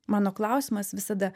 mano klausimas visada